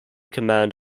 command